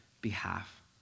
behalf